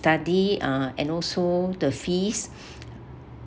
study uh and also the fees